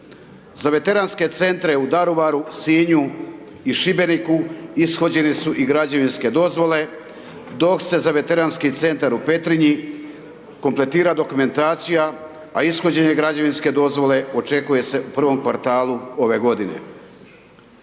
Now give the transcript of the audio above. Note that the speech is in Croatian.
Za Veteranske Centre u Daruvaru, Sinju i Šibeniku ishođene su i građevinske dozvole, dok se za Veteranski Centar u Petrinji kompletira dokumentacija, a ishođenje građevinske dozvole očekuje se u prvom kvartalu ove godine.